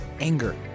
anger